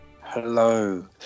Hello